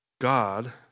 God